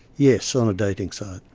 yes, on a dating site,